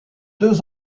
deux